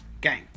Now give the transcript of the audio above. Gang